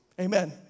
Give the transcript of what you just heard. Amen